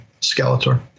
Skeletor